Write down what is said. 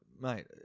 mate